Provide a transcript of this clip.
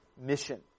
mission